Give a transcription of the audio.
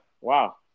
wow